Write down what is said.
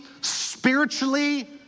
spiritually